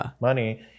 money